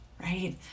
right